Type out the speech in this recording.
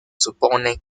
supone